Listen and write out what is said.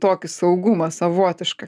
tokį saugumą savotišką